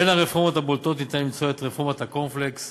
בין הרפורמות הבולטות: רפורמת הקורנפלקס